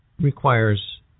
requires